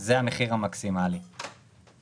אנחנו נבדוק מה מקדמי המילוי בדרך כלל באוטובוסים זעירים.